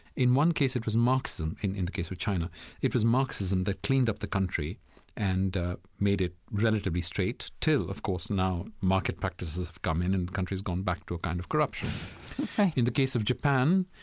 in one case, it was marxism in in the case of china it was marxism that cleaned up the country and made it relatively straight till, of course, now, market practices have come in and the country's gone back to a kind of corruption in the case of japan,